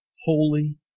Holy